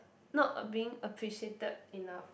not a being appreciated in a